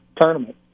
tournament